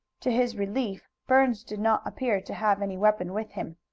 to his relief, burns did not appear to have any weapon with him.